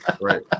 Right